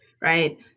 right